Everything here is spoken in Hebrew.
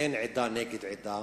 אין עדה נגד עדה.